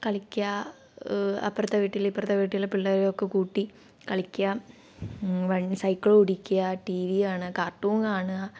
കളിക്കുക അപ്പുറത്തെ വീട്ടിലെ ഇപ്പുറത്തെ വീട്ടിലെ പിള്ളാരു ഒക്കെക്കൂടി കളിക്കുക വൺ സൈക്കിളോടിക്കുക ടി വി കാണുക കാർട്ടൂൺ കാണുക